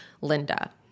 Linda